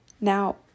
Now